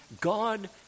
God